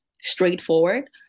straightforward